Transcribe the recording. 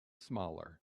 smaller